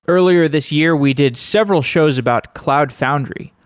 earlier this year, we did several shows about cloud foundry,